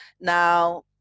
Now